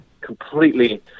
completely